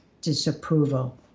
disapproval